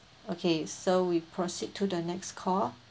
okay so we proceed to the next call